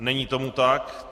Není tomu tak.